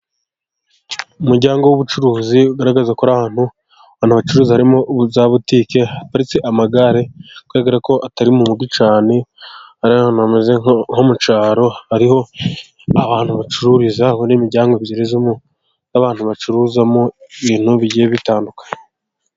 Umuryango w'ubucuruzi ugaragaza ko ari ahantu bacuruza, harimo za butike haparitse amagare haragara ko atari mu mugi cyane, ahantu hameze nko mu cyaro hariho abantu bacururiza n'imiryango ebyiri n'abantu bacuruzamo ibintu bigiye bitandukanye.